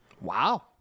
wow